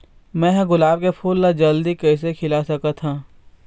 मैं ह गुलाब के फूल ला जल्दी कइसे खिला सकथ हा?